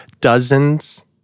dozens